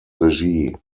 regie